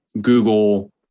Google